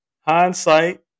hindsight